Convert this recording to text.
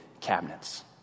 cabinets